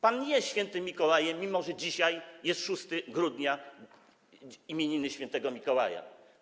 Pan nie jest św. Mikołajem, mimo że dzisiaj jest 6 grudnia, imieniny św. Mikołaja.